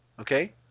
Okay